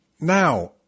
Now